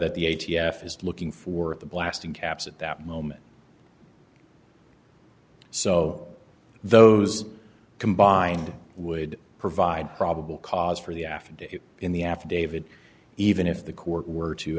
that the a t f is looking for the blasting caps at that moment so those combined would provide probable cause for the affidavit in the affidavit even if the court were to